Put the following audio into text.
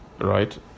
Right